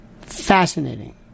fascinating